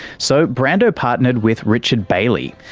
so, brando partnered with richard bailey,